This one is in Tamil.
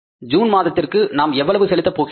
ஜூன் மாதத்திற்கு நாம் எவ்வளவு செலுத்தப் போகின்றோம்